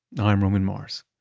i'm roman mars